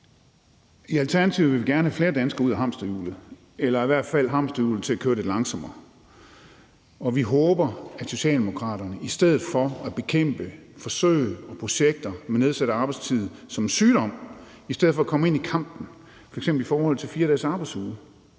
I Alternativet vil vi gerne have flere danskere ud af hamsterhjulet eller i hvert fald have hamsterhjulet til at køre lidt langsommere. Og vi håber, at Socialdemokraterne i stedet for at bekæmpe forsøg og projekter med nedsat arbejdstid som en sygdom i stedet for kommer ind i kampen, f.eks. i forhold til en 4-dagesarbejdsuge.